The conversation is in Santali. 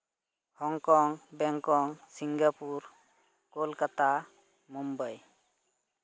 Hong Kong Bangkok Singapore Kolkata Mumbai